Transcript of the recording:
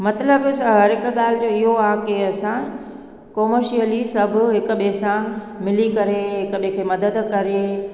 मतिलबु छा हर हिकु ॻाल्हि जो इहो आहे की असां कोमर्शियली हिक ॿिए सां मिली करे हिक ॿिए खे मदद करे